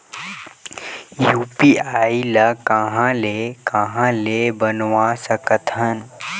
UPI ल कहां ले कहां ले बनवा सकत हन?